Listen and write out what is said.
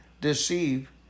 deceive